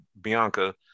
Bianca